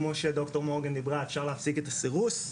כמו שד"ר מורגן הציגה, אפשר להפסיק את הסירוס.